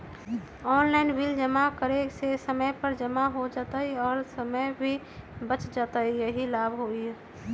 Online bill जमा करे से समय पर जमा हो जतई और समय भी बच जाहई यही लाभ होहई?